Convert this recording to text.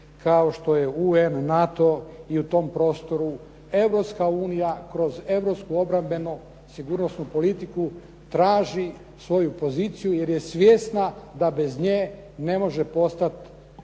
kao što je UN, NATO i u tom prostoru Europska unija kroz europsko obrambeno sigurnosnu politiku traži svoju poziciju jer je svjesna da bez nje ne može postati